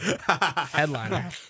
Headliner